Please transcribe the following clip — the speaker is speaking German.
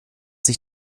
sich